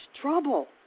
trouble